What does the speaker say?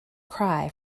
cry